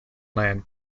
land